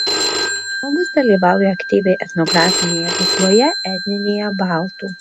žmogus dalyvauja aktyviai etnografinėje veikloje etninėje baltų